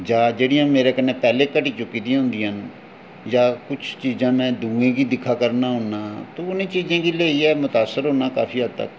जां जेह्ड़ियां मेरे कन्नै पैह्लें घटी चुकी दियां न जां कुछ चीज़ां में दूएं गी दिक्खा करना होन्नां तो उ'नें चीज़ें गी लेइयै मुतासर होन्नां काफी हद्द तक्कर